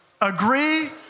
agree